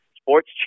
sports